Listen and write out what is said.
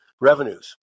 revenues